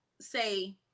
say